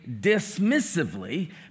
dismissively